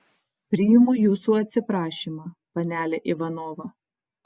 priimu jūsų atsiprašymą panele ivanova